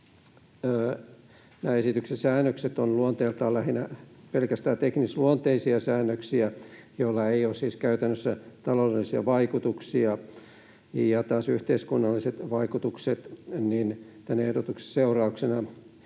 nämä esityksen säännökset ovat luonteeltaan pelkästään lähinnä teknisluonteisia säännöksiä, joilla ei ole siis käytännössä taloudellisia vaikutuksia. Ja taas yhteiskunnalliset vaikutukset: tämän ehdotuksen seurauksena